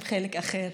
עם חלק אחר,